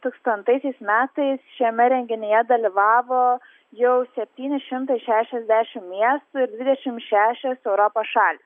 tūkstantaisiais metais šiame renginyje dalyvavo jau septyni šimtai šešiasdešimt miestų ir dvidešimt šešios europos šalys